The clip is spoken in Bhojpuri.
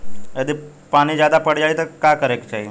यदि पानी ज्यादा पट जायी तब का करे के चाही?